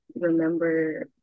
remember